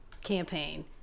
campaign